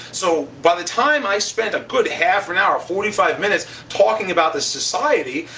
so by the time i spent a good half an hour, forty five minutes talking about the society,